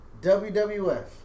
WWF